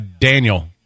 Daniel